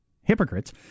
hypocrites